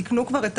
תיקנו כבר את